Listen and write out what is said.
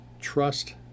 trust